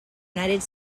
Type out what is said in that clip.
united